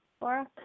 Laura